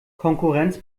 konkurrenz